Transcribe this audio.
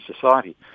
society